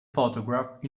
photograph